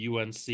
UNC